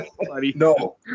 No